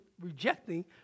rejecting